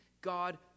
God